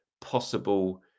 possible